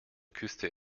küste